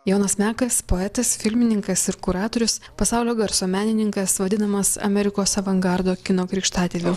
jonas mekas poetas filmininkas ir kuratorius pasaulio garso menininkas vadinamas amerikos avangardo kino krikštatėviu